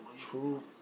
truth